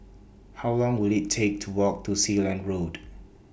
How Long Will IT Take to Walk to Sealand Road